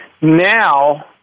now